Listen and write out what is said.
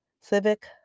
civic